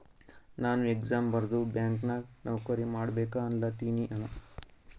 ನಾನು ಎಕ್ಸಾಮ್ ಬರ್ದು ಬ್ಯಾಂಕ್ ನಾಗ್ ನೌಕರಿ ಮಾಡ್ಬೇಕ ಅನ್ಲತಿನ